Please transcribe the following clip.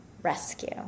rescue